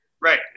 Right